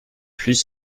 plus